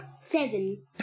Seven